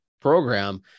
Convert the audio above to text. program